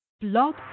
Blog